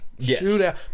Shootout